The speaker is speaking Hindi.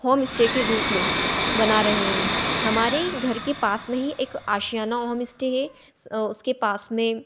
होम इस्टे के रूप में बना रहे हैं हमारे ही घर के पास में ही एक आशियाना होम इस्टे है उसके पास में